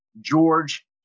George